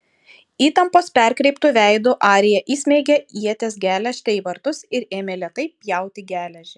įtampos perkreiptu veidu arija įsmeigė ieties geležtę į vartus ir ėmė lėtai pjauti geležį